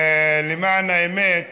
למען האמת